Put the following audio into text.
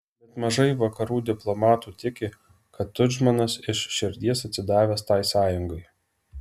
bet mažai vakarų diplomatų tiki kad tudžmanas iš širdies atsidavęs tai sąjungai